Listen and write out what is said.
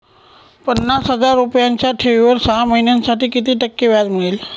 पन्नास हजार रुपयांच्या ठेवीवर सहा महिन्यांसाठी किती टक्के व्याज मिळेल?